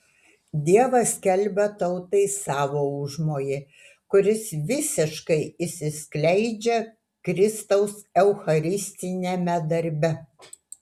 dievas skelbia tautai savo užmojį kuris visiškai išsiskleidžia kristaus eucharistiniame darbe